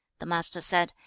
the master said,